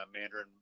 Mandarin